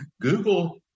Google